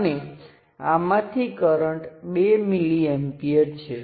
તેથી તમને થોડું મૂલ્ય મળશે